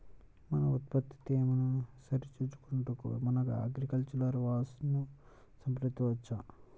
మన ఉత్పత్తి తేమను సరిచూచుకొనుటకు మన అగ్రికల్చర్ వా ను సంప్రదించవచ్చా?